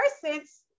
persons